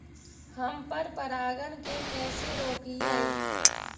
हम पर परागण के कैसे रोकिअई?